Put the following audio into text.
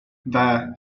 there